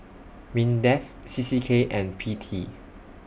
Mindef C C K and P T